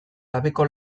gabeko